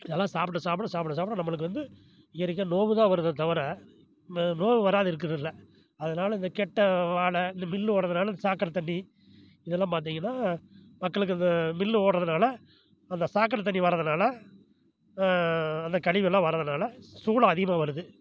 இதெலாம் சாப்பிட சாப்பிட சாப்பிட சாப்பிட நம்மளுக்கு வந்து இயற்கையாக நோவு தான் வருதே தவிர ம நோவு வராத இருக்கிறது இல்லை அதனால் இந்த கெட்ட வாடை இந்த மில்லு ஓட்டுறதுனால இந்த சாக்கடை தண்ணி இதெல்லாம் பார்த்திங்கனா மக்களுக்கு இந்த மில்லு ஓட்டுறதுனால அந்த சாக்கடை தண்ணி வர்றதனால அந்த கழிவு எல்லாம் வர்றதனால சூலம் அதிகமாக வருது